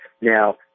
Now